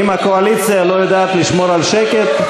אם הקואליציה לא יודעת לשמור על שקט,